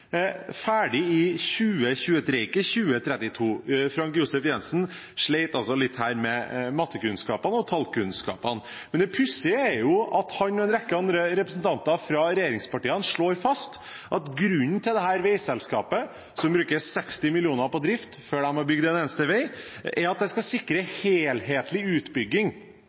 ferdig i 2023, ikke i 2032. Frank J. Jenssen slet altså litt her med mattekunnskapene og tallkunskapene. Men det pussige er at han og en rekke andre representanter fra regjeringspartiene slår fast at grunnen til etableringen av dette veiselskapet, som bruker 60 mill. kr på drift før de har bygd en eneste vei, er at det skal sikre helhetlig utbygging